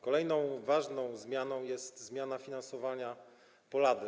Kolejną ważną zmianą jest zmiana finansowania POLADA.